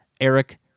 Eric